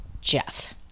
Jeff